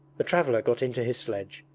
the traveller got into his sledge,